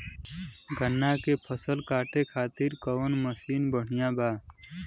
गन्ना के फसल कांटे खाती कवन मसीन बढ़ियां बा?